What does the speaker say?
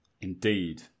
indeed